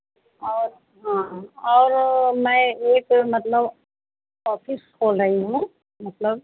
हाँ और मैं एक मतलब ऑफिस खोल रही हूँ मतलब